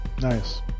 nice